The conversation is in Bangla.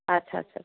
আচ্ছা আচ্ছা আচ্ছা